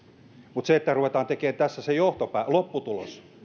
mutta se että ruvetaan tekemään tässä se lopputulos